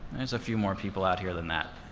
there's a few more people out here than that.